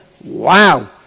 wow